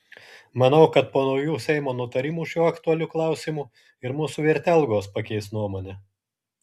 manau kad po naujų seimo nutarimų šiuo aktualiu klausimu ir mūsų vertelgos pakeis nuomonę